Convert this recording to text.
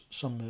som